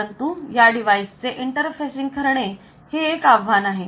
परंतु या डिवाइस चे इंटर्फॅसिंग करणे हे एक आव्हान आहे